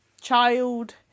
child